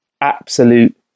absolute